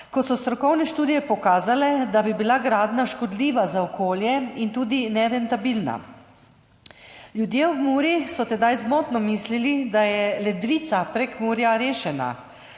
ko so strokovne študije pokazale, da bi bila gradnja škodljiva za okolje in tudi nerentabilna. Ljudje ob Muri so tedaj zmotno mislili, da je ledvica Prekmurja rešena.